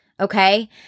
okay